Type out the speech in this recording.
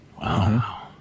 Wow